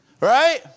Right